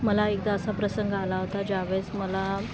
मला एकदा असा प्रसंग आला होता ज्यावेळेस मला